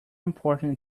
important